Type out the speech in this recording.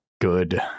good